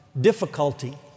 difficulty